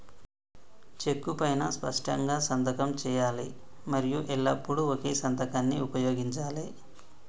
చెక్కు పైనా స్పష్టంగా సంతకం చేయాలి మరియు ఎల్లప్పుడూ ఒకే సంతకాన్ని ఉపయోగించాలే